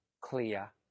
clear